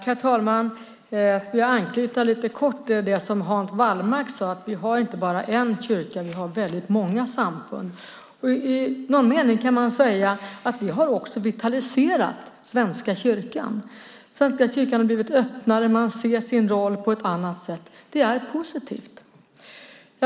Herr talman! Jag skulle lite kort vilja anknyta till det som Hans Wallmark sade, att vi inte bara har en kyrka utan många samfund. I någon mening kan man säga att det har vitaliserat Svenska kyrkan som blivit öppnare och nu ser på sin roll på ett annat sätt. Det är positivt.